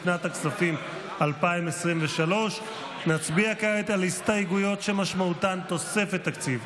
לשנת הכספים 2023. נצביע כעת על הסתייגויות שמשמעותן תוספת תקציב.